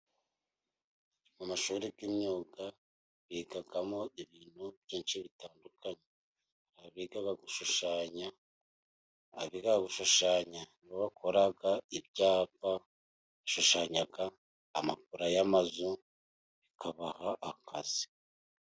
Mu mashuri y'imyuga bigamo ibintu byinshi bitandukanye. Hari abiga gushushanya, abiga gushushanya ni bo bakora ibyapa, bashushanya amapula y'amazu bikabaha akazi.